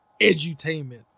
edutainment